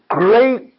great